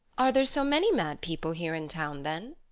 are there so many mad people here in town, then?